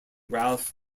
ralph